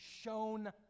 shown